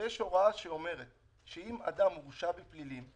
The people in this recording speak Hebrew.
ויש הוראה שאומרת שאם אדם הורשע בפלילים,